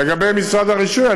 לגבי משרד הרישוי,